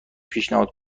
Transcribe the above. پیشنهاد